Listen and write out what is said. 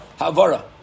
havara